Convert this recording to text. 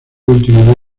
último